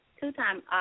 two-time